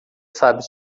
sabe